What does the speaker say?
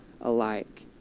alike